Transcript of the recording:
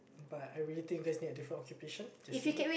but I really think just need a different occupation just saying